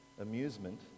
Amusement